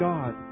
God